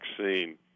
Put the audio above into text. vaccine